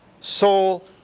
soul